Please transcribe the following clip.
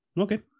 okay